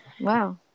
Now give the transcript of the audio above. Wow